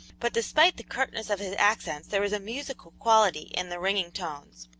but despite the curtness of his accents there was a musical quality in the ringing tones.